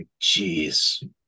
Jeez